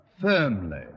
Firmly